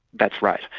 that's right.